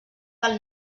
del